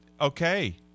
Okay